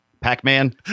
Pac-Man